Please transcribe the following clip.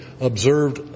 observed